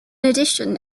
addition